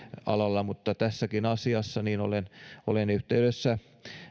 alalla mutta tässäkin asiassa olen olen yhteydessä